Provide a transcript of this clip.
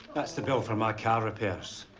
that's the bill for my car repairs.